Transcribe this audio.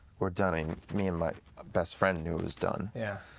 we're done. me and my ah best friend knew it was done. yeah.